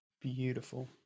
beautiful